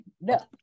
no